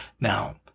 Now